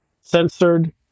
censored